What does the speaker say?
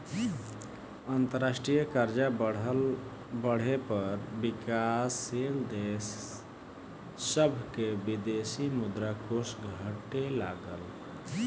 अंतरराष्ट्रीय कर्जा बढ़े पर विकाशील देश सभ के विदेशी मुद्रा कोष घटे लगेला